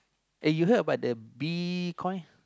uh you heard about the Bitcoin